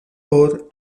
pro